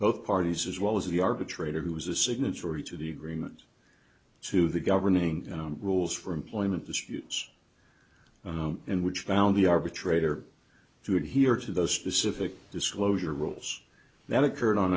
both parties as well as the arbitrator who was a signatory to the agreement to the governing rules for employment disputes and which bound the arbitrator to adhere to those specific disclosure rules that occurred on